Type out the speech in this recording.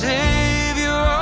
Savior